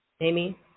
Amy